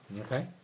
Okay